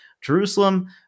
Jerusalem